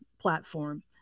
platform